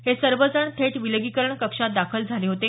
हे सर्वजण थेट विलगीकरण कक्षात दाखल झाले होते